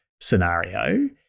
scenario